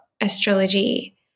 astrology